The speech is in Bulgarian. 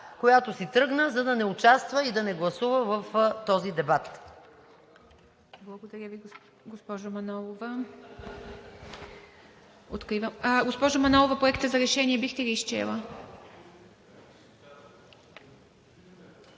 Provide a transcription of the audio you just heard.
която си тръгна, за да не участва и да не гласува в този дебат.